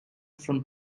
from